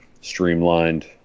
streamlined